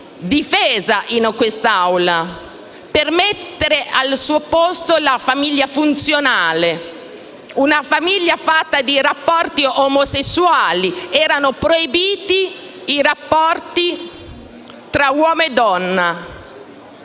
difesa in quest'Aula, per mettere al suo posto la famiglia funzionale, una famiglia fatta di rapporti omosessuali. Erano proibiti i rapporti tra uomo e donna